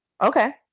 okay